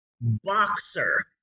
boxer